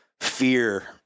fear